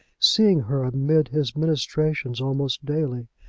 seeing her amidst his ministrations almost daily.